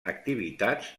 activitats